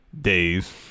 days